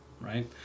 right